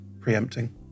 preempting